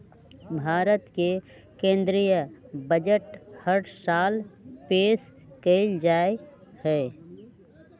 भारत के केन्द्रीय बजट हर साल पेश कइल जाहई